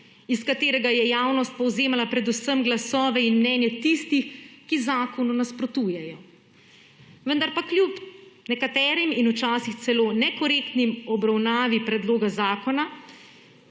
iz katerega je javnost povzemala predvsem glasove in mnenje tistih, ki zakonu nasprotujejo. Vendar pa kljub nekaterim in včasih celo nekorektnim obravnavam predloga zakona